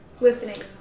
listening